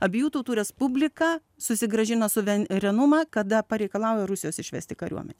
abiejų tautų respublika susigrąžino suverenumą kada pareikalauja rusijos išvesti kariuomenę